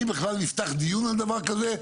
האם בכלל נפתח דיון על דבר כזה,